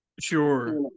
Sure